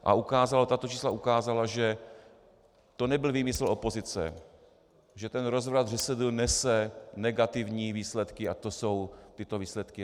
A tato čísla ukázala, že to nebyl výmysl opozice, že ten rozvrat ŘSD nese negativní výsledky, a to jsou tyto výsledky.